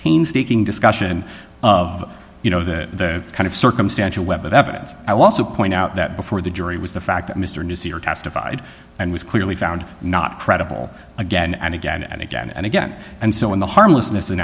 painstaking discussion of you know the kind of circumstantial evidence i also point out that before the jury was the fact that mr newsier testified and was clearly found not credible again and again and again and again and so in the harmless